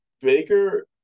Baker